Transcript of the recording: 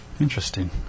Interesting